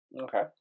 Okay